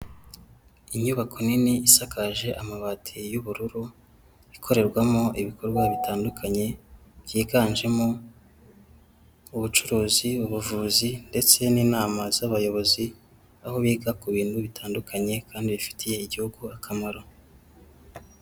Inyubako nini isakaje amabati y'ubururu ikorerwamo ibikorwa bitandukanye, byiganjemo ubucuruzi ubuvuzi ndetse n'inama z'abayobozi, aho biga ku bintu bitandukanye kandi bifitiye igihugu akamaro.